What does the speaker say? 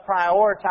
prioritize